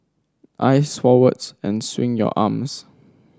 eyes forwards and swing your arms